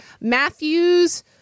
Matthew's